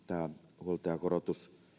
tämä huoltajakorotus